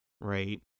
Right